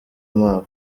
mpawe